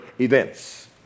events